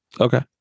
Okay